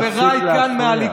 תפסיק להפריע.